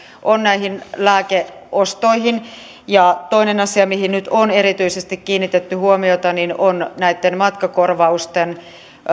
on näihin lääkeostoihin toinen asia mihin nyt on erityisesti kiinnitetty huomiota on näitten matkakorvausten